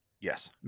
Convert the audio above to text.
Yes